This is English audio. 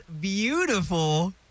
beautiful